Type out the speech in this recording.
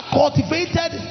cultivated